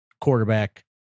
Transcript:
quarterback